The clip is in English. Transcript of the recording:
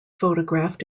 photographed